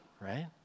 right